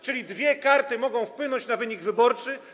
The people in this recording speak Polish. Czyli dwie karty mogą wpłynąć na wynik wyborczy?